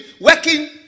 working